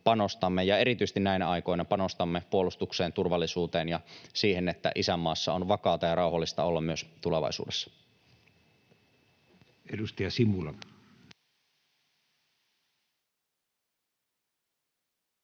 ja erityisesti näinä aikoina panostamme — puolustukseen, turvallisuuteen ja siihen, että isänmaassa on vakaata ja rauhallista olla myös tulevaisuudessa. [Speech